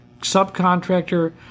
subcontractor